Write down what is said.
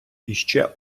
іще